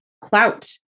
clout